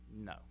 No